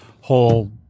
whole